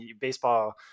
baseball